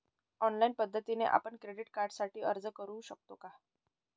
Online पद्धतीने आपण credit कार्डसाठी अर्ज करु शकतो का?